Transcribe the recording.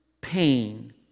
pain